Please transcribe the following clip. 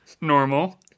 Normal